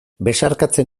besarkatzen